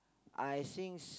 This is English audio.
I sings